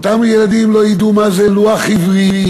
אותם ילדים לא ידעו מה זה לוח עברי.